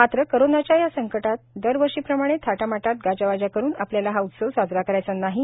मात्र कोरोनाच्या या संकटात दरवर्षीप्रमाणे थाटामाटात गाजावाजा करून आपल्याला हा उत्सव साजरा करायचा नाही आहे